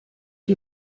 die